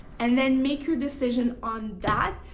and then make your decision on that,